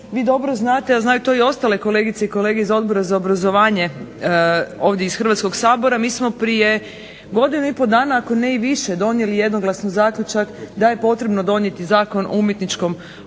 vi dobro znate a znaju to i ostale kolegice i kolege iz Odbora za obrazovanje ovdje iz Hrvatskog sabora, mi smo prije godinu i po dana, ako ne i više donijeli jednoglasno zaključak da je potrebno donijeti Zakon o umjetničkom obrazovanju,